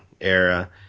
era